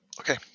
Okay